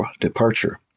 departure